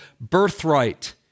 Birthright